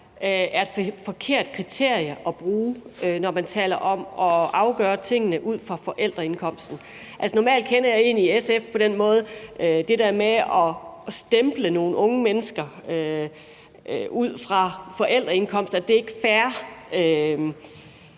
er et forkert kriterie at bruge, når man taler om at afgøre tingene ud fra forældreindkomsten. Normalt kender jeg egentlig SF på den måde, at det der med at stemple nogle unge mennesker ud fra forældreindkomst ikke er fair.